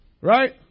Right